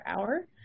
hour